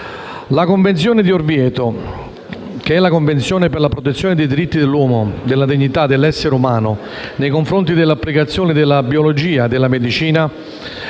La Convenzione di Oviedo («Convenzione per la protezione dei diritti dell'uomo e della dignità dell'essere umano nei confronti delle applicazioni della biologia e della medicina»),